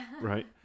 Right